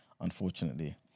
unfortunately